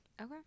Okay